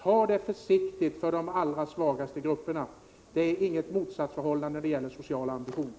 Ta det försiktigt när det gäller de allra svagaste grupperna. Det finns inget motsatsförhållande beträffande sociala ambitioner.